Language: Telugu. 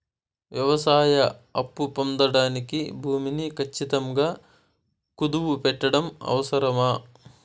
వ్యవసాయ అప్పు పొందడానికి భూమిని ఖచ్చితంగా కుదువు పెట్టడం అవసరమా?